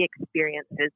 experiences